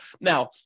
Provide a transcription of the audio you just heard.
Now